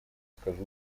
скажу